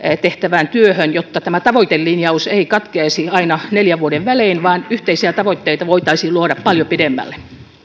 tehtävään työhön jotta tämä tavoitelinjaus ei katkeaisi aina neljän vuoden välein vaan yhteisiä tavoitteita voitaisiin luoda paljon pidemmälle